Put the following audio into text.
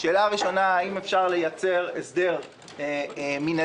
השאלה הראשונה: האם אפשר לייצר הסדר מנהלי